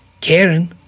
Karen